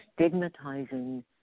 stigmatizing